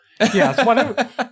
Yes